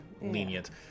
lenient